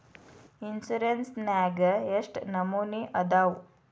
Insurance ನ್ಯಾಗ ಎಷ್ಟ್ ನಮನಿ ಅದಾವು?